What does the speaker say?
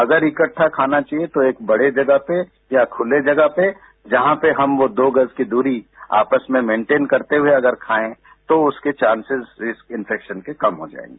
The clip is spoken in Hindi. अगर इकट्टा खाना चाहिए तो एक बड़े जगह पे या खुली जगह पे जहां पे हम दो गज की दूरी आपस में मेंटेन करते हुए अगर खाएं तो उसके चांसेज डिसइन्फेक्शन के कम होते हैं